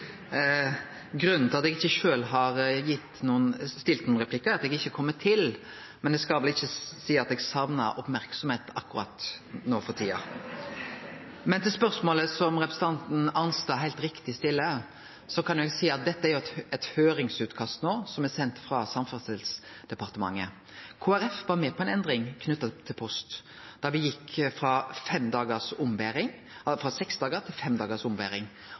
Grunnen til at eg ikkje sjølv har tatt nokon replikkar, er at eg ikkje har kome til, men eg skal vel ikkje seie at eg saknar merksemd akkurat no for tida. Til spørsmålet som representanten Arnstad heilt riktig stiller, kan eg seie at dette er eit høyringsutkast som er sendt frå Samferdselsdepartementet. Kristeleg Folkeparti var med på ei endring knytt til Posten da me gjekk frå seks dagars til fem dagars ombering.